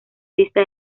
lista